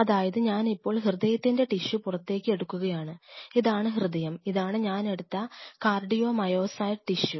അതായത് ഞാൻ ഇപ്പോൾ ഹൃദയത്തിൻറെ ടിഷ്യു പുറത്തേക്ക് എടുക്കുകയാണ് ഇതാണ് ഹൃദയം ഇതാണ് ഞാനെടുത്ത കാർഡിയോമയോസൈറ്റ് ടിഷ്യു